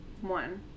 One